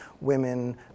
women